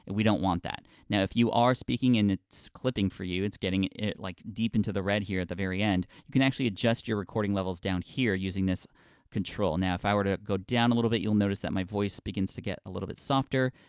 we don't want that. now if you are speaking and it's clipping for you, it's getting it like deep into the red here at the very end, you can actually adjust your recording levels down here using this control. now, if i were to go down a little bit, you'll notice that my voice begins to get a little bit softer,